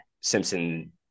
Simpson